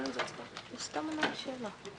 הוא רכבי יוקרה,